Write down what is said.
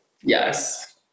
Yes